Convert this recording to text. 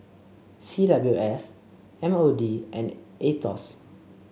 C W S M O D and Aetos